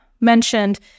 mentioned